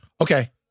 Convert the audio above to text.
Okay